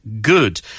good